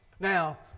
Now